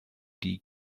die